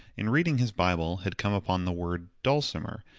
in reading his bible, had come upon the word dulcimer,